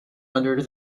under